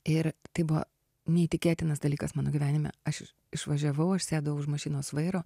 ir tai buvo neįtikėtinas dalykas mano gyvenime aš išvažiavau aš sėdau už mašinos vairo